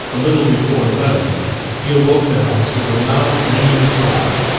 a little before eleven he awoke the house with a loud, ringing cry.